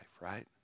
right